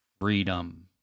freedom